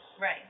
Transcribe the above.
Right